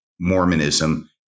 Mormonism